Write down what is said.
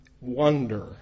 wonder